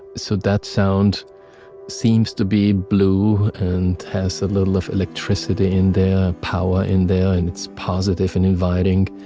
so that sound seems to be blue and has a little of electricity in there, power in there, and it's positive and inviting.